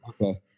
Okay